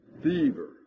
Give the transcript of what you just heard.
fever